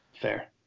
Fair